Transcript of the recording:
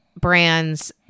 brands